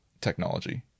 technology